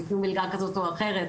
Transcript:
תיתנו מלגה כזאת או אחרת,